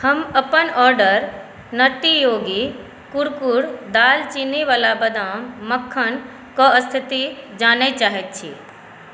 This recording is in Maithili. हम अपन ऑर्डर नट्टी योगी कुरकुर दालचीनीवला बादाम मक्खन कऽ स्थिति जानए चाहैत छी